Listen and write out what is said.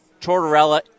Tortorella